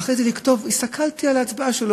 ואחרי זה לכתוב: הסתכלתי על ההצבעה שלו